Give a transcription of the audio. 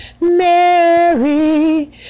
Mary